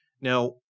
Now